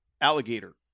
alligator